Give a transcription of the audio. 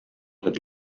had